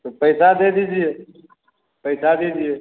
तो पैसा दे दीजिए पैसा दीजिए